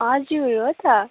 हजुर हो त